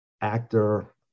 actor